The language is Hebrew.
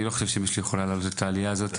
ואני לא חושב שאמא שלי יכולה לעלות את העלייה הזו,